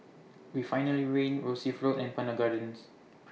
Refinery Win Rosyth Road and Pandan Gardens